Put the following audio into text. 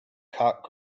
cock